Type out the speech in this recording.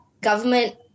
government